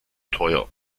teuer